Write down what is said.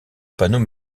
panneaux